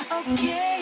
okay